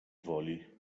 woli